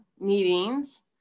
meetings